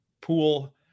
pool